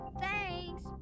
thanks